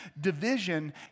division